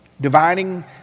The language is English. Dividing